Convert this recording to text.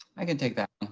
i can take that.